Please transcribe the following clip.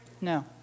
No